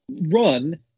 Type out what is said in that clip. run